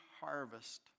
harvest